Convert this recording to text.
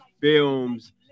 films